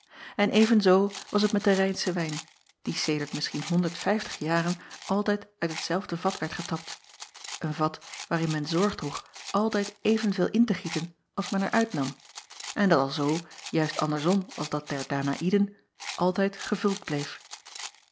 en evenzoo was het met den ijnschen wijn die sedert misschien honderdvijftig jaren altijd uit hetzelfde vat werd getapt een vat waarin men zorg droeg altijd evenveel in te gieten als men er uitnam en dat alzoo juist andersom als dat der anaïden altijd gevuld bleef